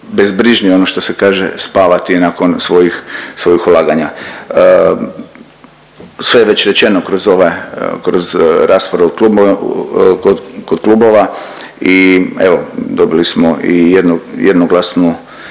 bezbrižnije, ono što se kaže, spavati nakon svojih ulaganja. Sve je već rečeno kroz ove, kroz raspravu .../nerazumljivo/... kod klubova i evo, dobili smo i jednu